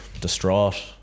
distraught